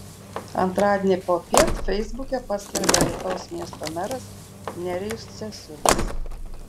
antradienį popiet feisbuke paskelbė alytaus miesto meras nerijus cesiulis